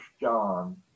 John